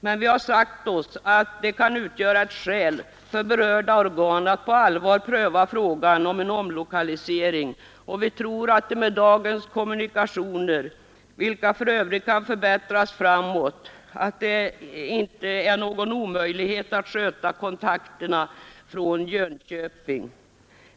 Men vi har sagt oss att det kan utgöra ett skäl för berörda organ att på allvar pröva frågan om en omlokalisering, och vi tror att det med dagens kommunikationer, vilka för övrigt kan förbättras framgent, inte är någon omöjlighet att sköta kontakterna från Jönköping.